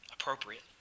Appropriate